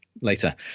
later